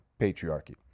patriarchy